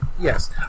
Yes